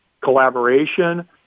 collaboration